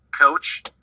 coach